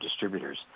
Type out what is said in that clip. distributors